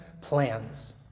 plans